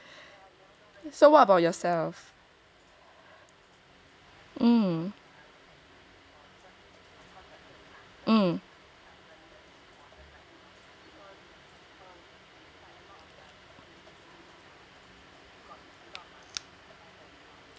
so what about yourself (m)